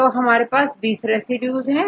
अब हमारे पास20 रेसिड्यूज है